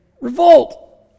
revolt